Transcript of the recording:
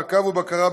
מעקב ובקרה,